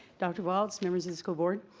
dr. waltz, members of the school board.